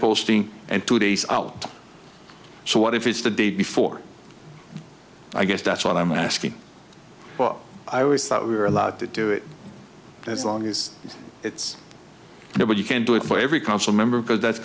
posting and two days out so what if it's the day before i guess that's what i'm asking but i always thought we were allowed to do it as long as it's there but you can't do it for every council member because that's